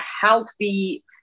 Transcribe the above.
healthy